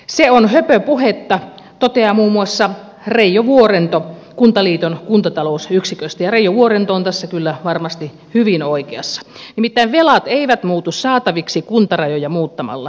se on höpöpuhetta toteaa muun muassa reijo vuorento kuntaliiton kuntatalousyksiköstä ja reijo vuorento on tässä kyllä varmasti hyvin oikeassa nimittäin velat eivät muutu saataviksi kuntarajoja muuttamalla